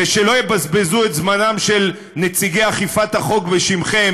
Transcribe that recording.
זה שלא יבזבזו את זמנם של נציגי אכיפת החוק בשמכם